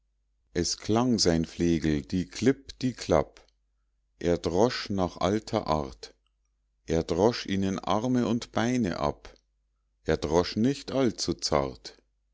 es klang sein flegel die klapp die klapp er drosch nach alter art er drosch ihnen arme und beine ab er drosch nicht allzu zart